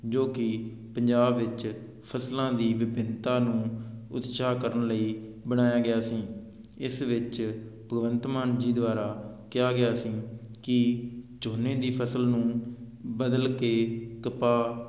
ਜੋ ਕਿ ਪੰਜਾਬ ਵਿੱਚ ਫ਼ਸਲਾਂ ਦੀ ਵਿਭਿੰਨਤਾ ਨੂੰ ਉਤਸਾਹ ਕਰਨ ਲਈ ਬਣਾਇਆ ਗਿਆ ਸੀ ਇਸ ਵਿੱਚ ਭਗਵੰਤ ਮਾਨ ਜੀ ਦੁਆਰਾ ਕਿਹਾ ਗਿਆ ਸੀ ਕਿ ਝੋਨੇ ਦੀ ਫ਼ਸਲ ਨੂੰ ਬਦਲ ਕੇ ਕਪਾਹ